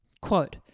quote